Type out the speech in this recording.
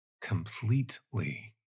completely